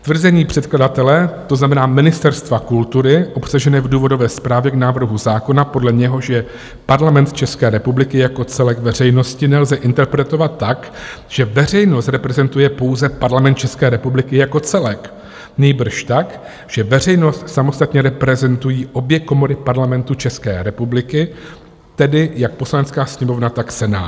Tvrzení předkladatele, to znamená Ministerstva kultury, obsažené v důvodové zprávě k návrhu zákona, podle něhož je Parlament České republiky jako celek veřejnosti, nelze interpretovat tak, že veřejnost reprezentuje pouze Parlament České republiky jako celek, nýbrž tak, že veřejnost samostatně reprezentují obě komory Parlamentu České republiky, tedy jak Poslanecká sněmovna, tak Senát.